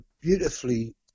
beautifully